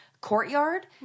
courtyard